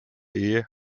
ehe